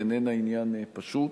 היא איננה עניין פשוט.